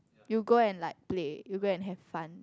you go and like play you go and have fun